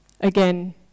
again